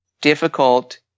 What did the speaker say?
difficult